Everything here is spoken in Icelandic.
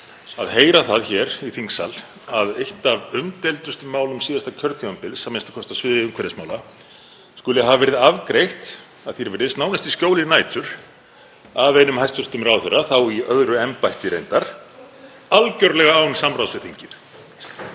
að heyra það hér í þingsal að eitt af umdeildustu málum síðasta kjörtímabils, a.m.k. á sviði umhverfismála, skuli hafa verið afgreitt að því er virðist nánast í skjóli nætur af einum hæstv. ráðherra, þá í öðru embætti reyndar, algerlega án samráðs við þingið,